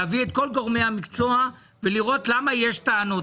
אליו נביא את כל גורמי המקצוע ונראה למה עדיין יש טענות.